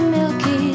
Milky